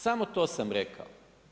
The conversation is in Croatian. Samo to sam rekao.